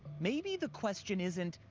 maybe the question isn't,